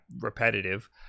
repetitive